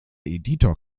editor